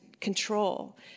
control